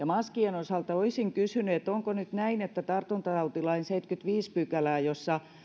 maskien osalta olisin kysynyt onko nyt näin että tartuntatautilain seitsemättäkymmenettäviidettä pykälää jossa